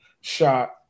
shot